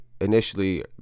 initially